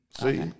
See